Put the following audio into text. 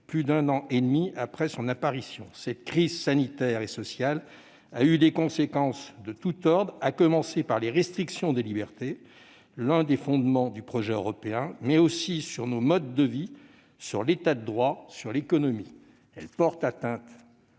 plus d'un an et demi après son apparition. Cette crise sanitaire et sociale a eu des conséquences de tous ordres, à commencer par la restriction des libertés, l'un des fondements du projet européen, mais aussi sur nos modes de vie, sur l'État de droit et l'économie. Elle porte atteinte